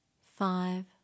Five